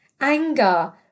anger